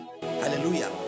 Hallelujah